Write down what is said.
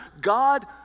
God